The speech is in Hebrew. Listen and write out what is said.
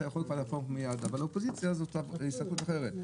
אבל באופוזיציה יש הסתכלות אחרת.